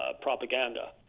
propaganda